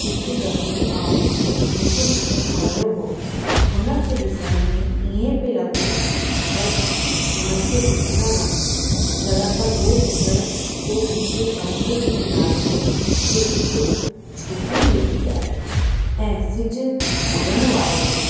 हिकु दफ़े मां हिकु चित्र ठाहियो हुओ हुन खे ॾिसण में इहे पियो लॻो त बसि हुन खे ॾिसंदा रहूं दरसल हू चित्र उहो हिकु समुंड जे किनारे ते हिकु छोकिरी वेठी आहे ऐं सिज ॿुॾणु वारो हुओ